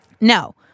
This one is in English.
No